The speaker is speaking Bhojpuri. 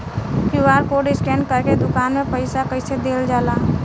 क्यू.आर कोड स्कैन करके दुकान में पईसा कइसे देल जाला?